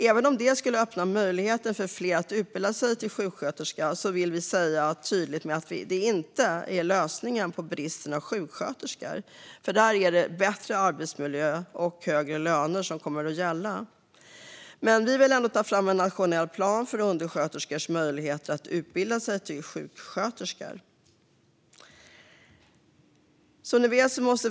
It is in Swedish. Även om det skulle öppna möjligheten för fler att utbilda sig till sjuksköterska vill Vänsterpartiet vara tydligt med att det inte i sig är lösningen på bristen på sjuksköterskor. Där är det bättre arbetsmiljö och högre löner som gäller. Vi vill ändå ta fram en nationell plan för undersköterskors möjligheter att utbilda sig till sjuksköterskor.